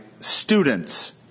students